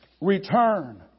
Return